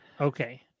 Okay